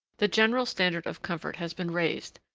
the general standard of comfort has been raised,